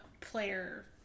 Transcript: player